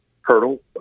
hurdle